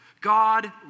God